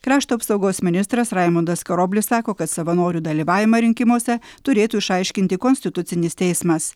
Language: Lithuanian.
krašto apsaugos ministras raimundas karoblis sako kad savanorių dalyvavimą rinkimuose turėtų išaiškinti konstitucinis teismas